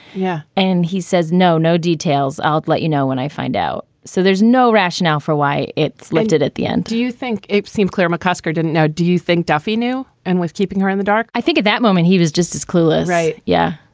yeah. and he says, no, no details. i'll let you know when i find out. so there's no rationale for why it's lifted at the end do you think it seemed clear mccusker didn't know? do you think duffy knew and was keeping her in the dark? i think at that moment he was just as clueless. yeah.